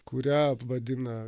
kurią vadina